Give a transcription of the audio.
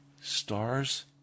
stars